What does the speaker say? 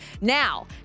Now